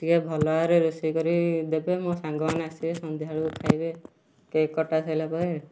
ଟିକେ ଭଲ ଭାବରେ ରୋଷେଇ କରି ଦେବେ ମୋ ସାଙ୍ଗମାନେ ଆସିବେ ସନ୍ଧ୍ୟାବେଳକୁ ଖାଇବେ କେକ୍ କଟା ସରିଲା ପରେ